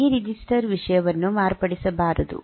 ಈ ರಿಜಿಸ್ಟರ್ ವಿಷಯವನ್ನು ಮಾರ್ಪಡಿಸಬಾರದು